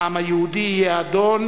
העם היהודי יהיה אדון